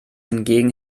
hingegen